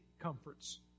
comforts